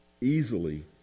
easily